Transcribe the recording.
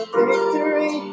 victory